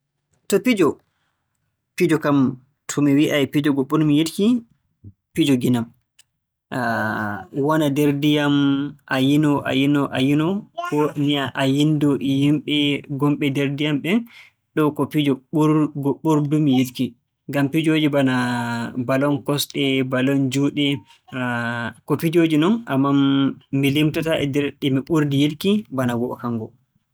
To fijo, fijo kam, to mi wi'ay fijo ngo ɓur-mi yiɗki; fijo nginam. Wona nder ndiyam, a yinoo, a yinoo, a yinoo, koo mi wi'a yinndoo e yimɓe ngonɓe nder ndiyam ɓen. Ɗo'o ko fijo ɓurd- ngo ɓurdu-mi yiɗki. Ngam pijooji bana balon kosɗe, balon juuɗe, ko pijooji non, ammaa mi limtataa-ɗi nder pijooji ɗi mi ɓurdi yiɗki bana ngo'o kanngo.